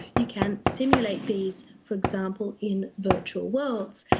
you can simulate these, for example, in virtual worlds.